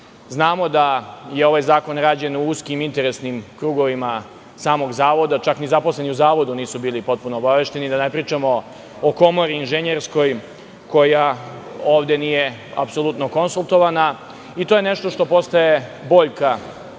ljudi. Znamo da je ovaj zakon rađen u uskim interesnim krugovima samog Zavoda, čak ni zaposleni u Zavodu nisu bili potpuno obavešteni, a da ne pričamo o Komori inženjerskoj, koja ovde nije apsolutno konsultovana. To je nešto što postaje boljka ove